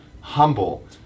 humble